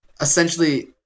essentially